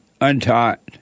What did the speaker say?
untaught